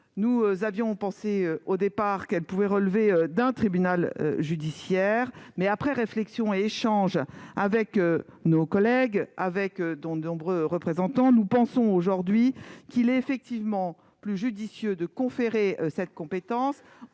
Nous avions pensé au départ que cette spécialisation pouvait relever d'un tribunal judiciaire. Mais, après réflexion et échanges avec nos collègues et de nombreux représentants, nous pensons qu'il est effectivement plus judicieux de conférer cette compétence